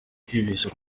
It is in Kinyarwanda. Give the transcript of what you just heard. kwibeshya